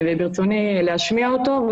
וברצוני להשמיע אותו.